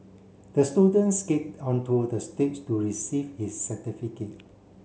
the student skate onto the stage to receive his certificate